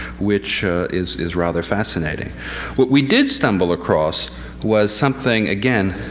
which is is rather fascinating. what we did stumble across was something. again,